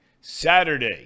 Saturday